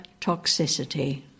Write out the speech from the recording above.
toxicity